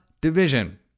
division